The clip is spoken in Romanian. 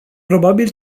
probabil